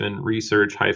research